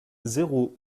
zéro